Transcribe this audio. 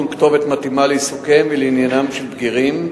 כתובת מתאימה לעיסוקיהם ולעניינם של בגירים,